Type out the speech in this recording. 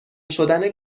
شدن